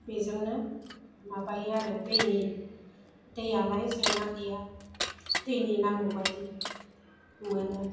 बेजोंनो माबायो आरो दैनि दैआलाय जेंना गैया दैनि नांगौबायदि मोनो